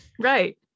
Right